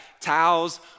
towels